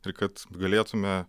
ir kad galėtume